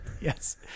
Yes